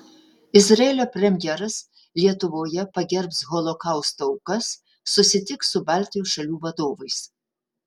izraelio premjeras lietuvoje pagerbs holokausto aukas susitiks su baltijos šalių vadovais